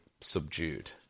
subdued